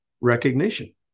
recognition